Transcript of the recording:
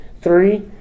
Three